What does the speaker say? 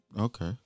Okay